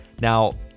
now